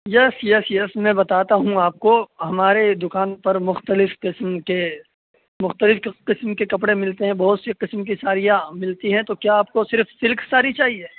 یس yes yes میں بتاتا ہوں آپ کو ہمارے دوکان پر مختلف قسم کے مختلف قسم کے کپڑے ملتے ہیں بہت سی قسم کی ساڑیاں ملتی ہیں تو کیا آپ کو صرف سلک ساڑی چاہیے